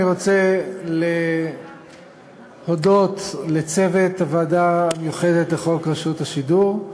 אני רוצה להודות לצוות הוועדה המיוחדת לחוק השידור הציבורי,